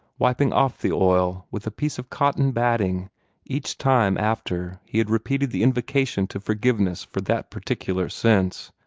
wiping off the oil with a piece of cotton-batting each time after he had repeated the invocation to forgiveness for that particular sense.